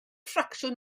ffracsiwn